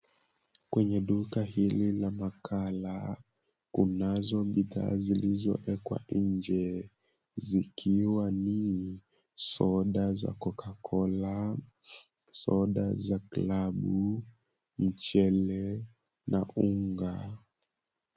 Kwenye duka hili la makaa, la kunazo bidhaa zilizowekwa nje. Zikiwa ni soda za Coca Cola, soda za klabu, mchele na unga.